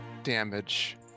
Damage